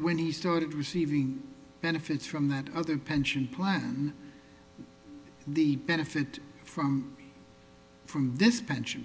when he started receiving benefits from that other pension plan the benefit from from this pension